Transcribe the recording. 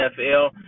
NFL